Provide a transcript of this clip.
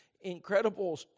incredible